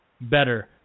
better